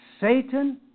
Satan